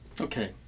Okay